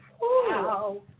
Wow